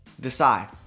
decide